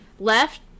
left